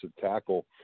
tackle